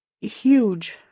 huge